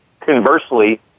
Conversely